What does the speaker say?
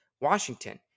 Washington